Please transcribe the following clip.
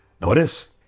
Notice